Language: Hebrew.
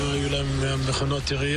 לסיום, גברתי.